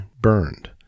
burned